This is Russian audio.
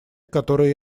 которые